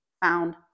found